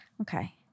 Okay